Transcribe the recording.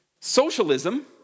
Socialism